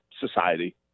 society